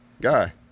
guy